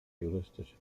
juristische